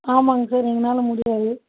ஆமாங்க சார் எங்கனால் முடியாது